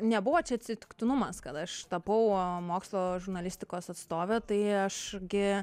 nebuvo čia atsitiktinumas kad aš tapau mokslo žurnalistikos atstove tai aš gi